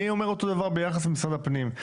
אני אומר אותו דבר ביחס למשרד הפנים.